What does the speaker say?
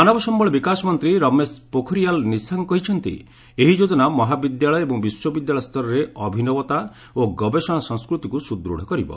ମାନବ ସମ୍ଭଳ ବିକାଶ ମନ୍ତ୍ରୀ ରମେଶ ପୋଖରୀୟାଲ୍ ନିଶାଙ୍କ କହିଛନ୍ତି ଏହି ଯୋଜନା ମହାବିଦ୍ୟାଳୟ ଏବଂ ବିଶ୍ୱବିଦ୍ୟାଳୟ ସ୍ତରରେ ଅଭିନବତା ଓ ଗବେଷଣା ସଂସ୍କୃତିକୁ ସୁଦୂଢ଼ କରିବ